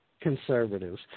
conservatives